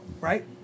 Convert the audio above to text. Right